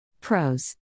Pros